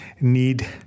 need